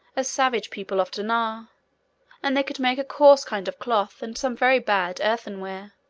as savage people often are and they could make a coarse kind of cloth, and some very bad earthenware.